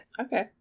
okay